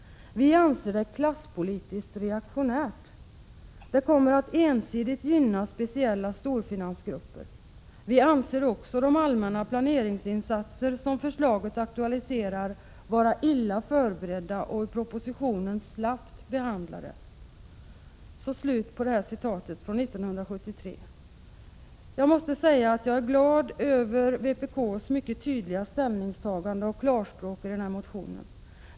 Vi anser det klasspolitiskt reaktionärt. Det kommer att ensidigt gynna speciella storfinansgrupper. Vi anser också de allmänna planeringsinsatser som förslaget aktualiserar vara illa förberedda och propositionen slappt behandlad. Jag måste säga att jag är glad över vpk:s mycket tydliga ställningstagande och klarspråk i den här motionen.